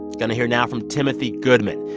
gonna hear now from timothy goodman.